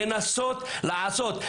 לנסות לעשות,